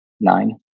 Nine